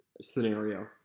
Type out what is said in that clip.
scenario